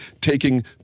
taking